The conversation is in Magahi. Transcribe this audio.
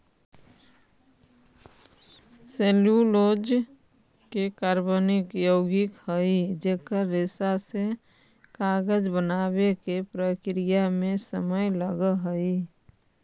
सेल्यूलोज एक कार्बनिक यौगिक हई जेकर रेशा से कागज बनावे के प्रक्रिया में समय लगऽ हई